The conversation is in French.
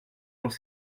dans